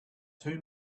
two